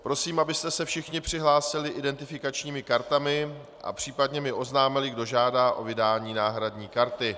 Prosím, abyste se všichni přihlásili identifikačními kartami a případně mi oznámili, kdo žádá o vydání náhradní karty.